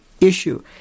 issue